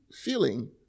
feeling